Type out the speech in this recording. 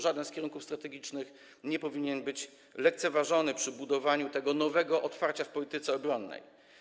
Żaden z kierunków strategicznych nie powinien być lekceważony przy budowaniu tego nowego otwarcia w polityce obronnej.